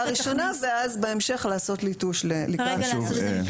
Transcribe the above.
הראשונה ואז בהמשך לעשות ליטוש לקראת שנייה ושלישית.